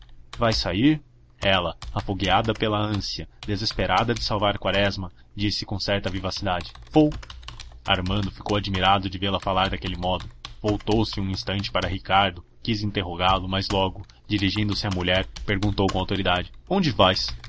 vais sair ela afogueada pela ânsia desesperada de salvar quaresma disse com certa vivacidade vou armando ficou admirado de vê-la falar daquele modo voltou-se um instante para ricardo quis interrogá-lo mas logo dirigindo-se à mulher perguntou com autoridade onde vais